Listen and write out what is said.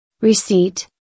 Receipt